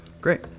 Great